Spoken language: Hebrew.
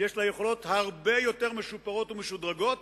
יש לה יכולות הרבה יותר משופרות ומשודרגות